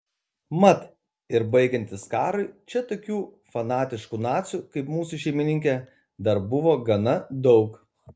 mat ir baigiantis karui čia tokių fanatiškų nacių kaip mūsų šeimininkė dar buvo gana daug